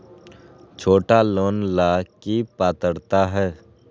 छोटा लोन ला की पात्रता है?